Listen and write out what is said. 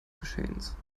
geschehens